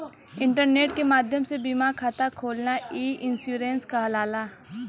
internet के माध्यम से बीमा खाता खोलना ई इन्शुरन्स कहलाला